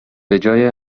بجای